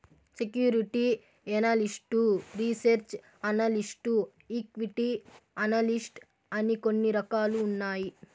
security analyst research analyst equity analyst అని కొన్ని రకాలు ఉన్నాయి